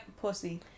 pussy